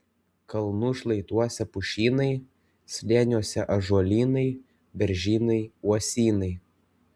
kalnų šlaituose pušynai slėniuose ąžuolynai beržynai uosynai